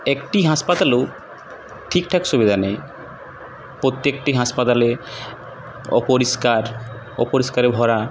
একটি হাসপাতালেও ঠিকঠাক সুবিধা নেই প্রত্যেকটি হাসপাতালে অপরিষ্কার অপরিষ্কারে ভরা